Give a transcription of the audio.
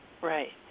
right